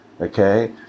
okay